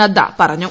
നദ്ദ പറഞ്ഞു